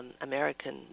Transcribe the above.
American